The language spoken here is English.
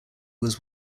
was